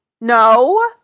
No